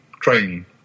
training